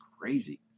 crazy